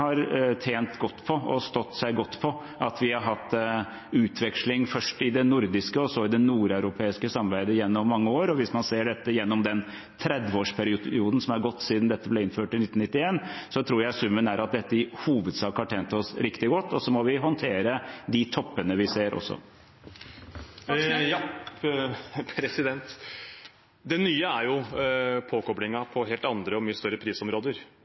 tjent godt på og stått seg godt på at vi har hatt utveksling – først i det nordiske og så i det nordeuropeiske samarbeidet – gjennom mange år. Hvis man ser dette gjennom den 30-årsperioden som er gått siden det ble innført i 1991, tror jeg summen er at dette i hovedsak har tjent oss riktig godt. Så må vi håndtere de toppene vi ser også. Bjørnar Moxnes – til oppfølgingsspørsmål. Det nye er jo påkoblingen på helt andre og mye større prisområder,